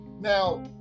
Now